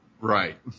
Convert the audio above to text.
Right